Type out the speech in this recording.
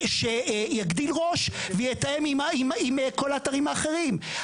שיגדיל ראש ויתאם עם כל האתרים האחרים.